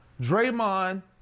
Draymond